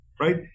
right